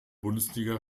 bundesliga